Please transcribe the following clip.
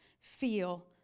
feel